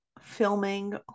filming